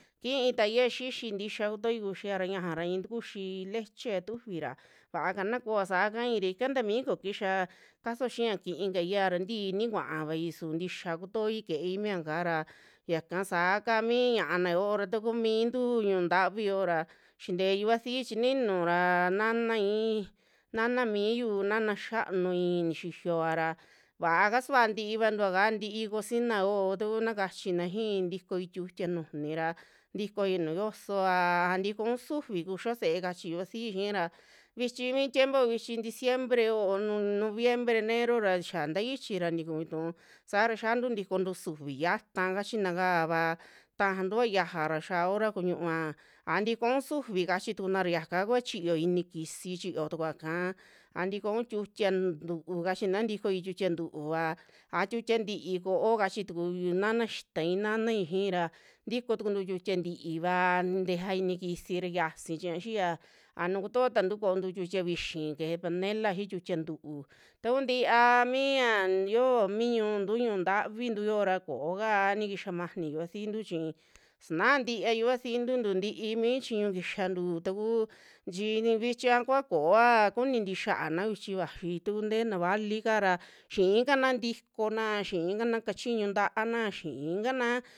Kiitaia xixi tixia kutoi kuxia ra ñajara i'i takuxi lechea tufira vaaka na koa saa kaai ra ika ntaa mi ko kixa caso xia kiikaira ntii ini kuaavai su ntixa kutoi kei miakara yaka saa ka mi ña'ana yoo ra takuu miintu ñiu'u ntavi yoora xintee yiuvasii chininura nanai, nana miyu, nana xiaanui nixiovara vaa kasua ntii vantuaka, ntii cocina yoo taku na kachina xii ntikoi tiutia najuni ra tikoa nuju yoosova, a tikoun sufi kuxio se'e kachi yuvasii xii ra, vichi vi tiempo vichi diciembre yoo, noviembre, enero ra xiaa ntaichi ra tiku vituu saara xiantu ntikontu sufi xata kachinakava tajantua xiaja ra xiaa hora kuñua, a tikoun sufi kachitukuna ra yakakua chiyo ini kisi chito tukua kaa, a tikoun tiutia ntu'u kachina tikuo tiutia ntu'uva, a tiutia ntii koo kachi tuku yu nanaxitai, nanai xiira ntikotukuntu tiutia ntiiva tejea ini kisira xiasi chiña xiiya a nuu kotootantu koontu tiutia vixi keje panela xii tiutia ntu'u ta kuntiaa mi yaa yoo mi ñuntu, ñu'u ntavintu yoora kooka ni kixa maani yuvasiintu, chi sinaa ntiiva yuvasiintu tu ntii mi chiñu kixantu takuu chi vichia kuua kuni tixiaana vichi yaxii ta kuu ntee navali kara xii kana ntikona, xiikana kachiñu ta'ana xikaana.